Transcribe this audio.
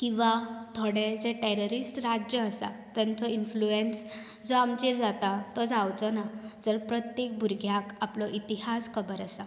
किंवा थोडे जे टेररीस्ट राज्य जे आसा तांचो इनफ्लूयन्स जो आमचेर जाता तो जांवचोना जर प्रत्येक भुरग्याक आपलो इतिहास खबर आसा